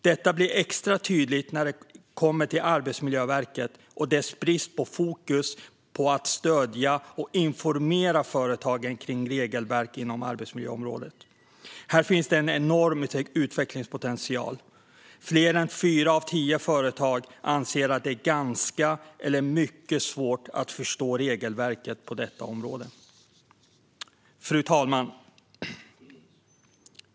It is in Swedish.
Detta blir extra tydligt när det gäller Arbetsmiljöverket och dess brist på fokus att stödja och informera företagen om regelverk inom arbetsmiljöområdet. Här finns det en enorm utvecklingspotential. Fler än fyra av tio företag anser att det är ganska eller mycket svårt att förstå regelverket på detta område. Fru talman!